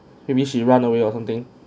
you mean she run away or something